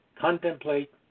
contemplate